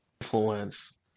influence